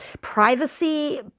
privacy